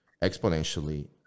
exponentially